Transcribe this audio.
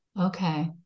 Okay